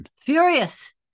Furious